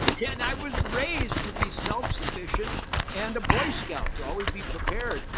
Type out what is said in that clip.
yeah and i was raised to be self-sufficient and a boy scout, to always be prepared.